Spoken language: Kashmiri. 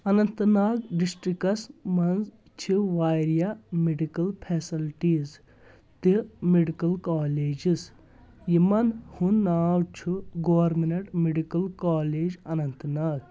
اننت ناگ ڈسٹرکس منٛز چھِ واریاہ میڈِکل فیسلٹیٖز تہٕ میڈکل کالیجز یِمن ہُنٛد ناو چھُ government medical college Anant Nag